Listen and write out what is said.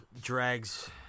drags